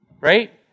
Right